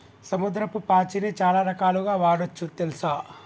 సముద్రపు పాచిని చాలా రకాలుగ వాడొచ్చు తెల్సా